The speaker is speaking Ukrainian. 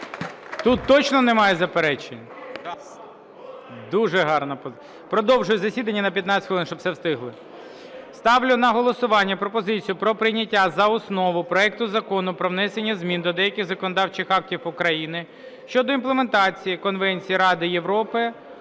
Тут точно немає заперечень? Продовжую засідання на 15 хвилин, щоб все встигли. Ставлю на голосування пропозицію про прийняття за основу проекту Закону про внесення змін до деяких законодавчих актів України щодо імплементації Конвенції Ради Європи